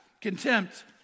contempt